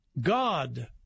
God